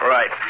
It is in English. Right